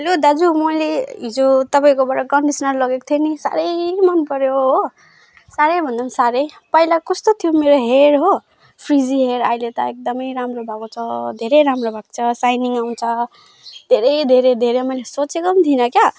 hello दाजु मैले हिजो तपाईँकोबाट कन्डिसनर लगेको थियो नि साह्रै मन पऱ्यो हो साह्रै भन्दा पनि साह्रै पहिला कस्तो थियो मेरो हेयर हो फ्रिजी हेयर अहिले त एकदमै राम्रो भएको छ धेरै राम्रो भएक्छ साइनिङ आउँछ धेरै धेरै धेरै मैले सोचेको पनि थिइनँ क्या